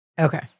okay